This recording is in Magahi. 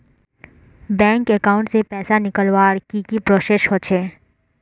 बैंक अकाउंट से पैसा निकालवर की की प्रोसेस होचे?